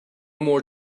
more